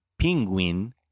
Penguin